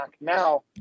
Now